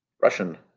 Russian